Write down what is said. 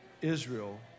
Israel